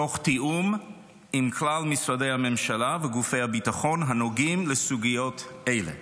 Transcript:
תוך תיאום עם כלל משרדי הממשלה וגופי הביטחון הנוגעים לסוגיות אלה.